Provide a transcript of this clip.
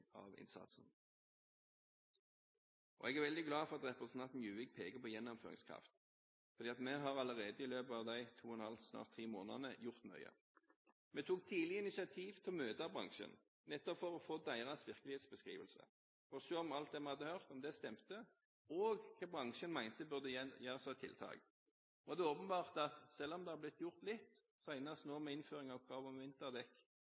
av innsatsen. Jeg er veldig glad for at representanten Juvik peker på gjennomføringskraft, for vi har allerede, i løpet av snart tre måneder, gjort mye. Vi tok tidlig initiativ til å møte bransjen, nettopp for å få deres virkelighetsbeskrivelse, for å se om alt det vi hadde hørt, stemte, og for å høre hva bransjen mente at burde gjøres av tiltak. Det er åpenbart at selv om det har blitt gjort litt – senest nå med innføringen av krav om vinterdekk